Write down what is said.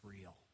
real